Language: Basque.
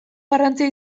garrantzia